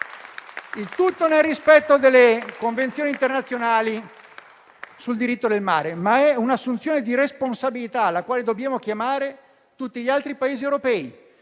Il tutto «nel rispetto delle convenzioni internazionali sul diritto del mare». È un'assunzione di responsabilità alla quale dobbiamo chiamare tutti gli altri Paesi europei,